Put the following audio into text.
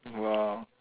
!wow!